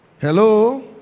Hello